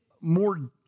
more